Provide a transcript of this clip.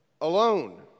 alone